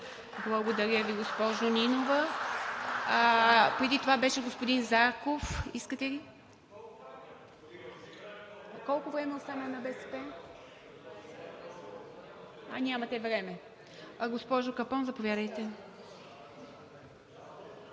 Благодаря Ви, госпожо Нинова. Преди това беше господин Зарков. Искате ли? Колко време остана за БСП? (Шум и реплики.) Нямате време. Госпожо Капон, заповядайте.